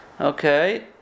Okay